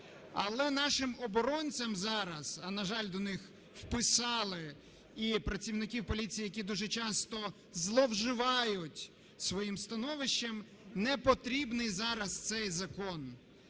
Але нашим оборонцям зараз, а, на жаль, до них вписали і працівників поліції, які дуже часто зловживають своїм становищем, непотрібний зараз цей закон.